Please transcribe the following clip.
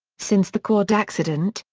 since the quad accident,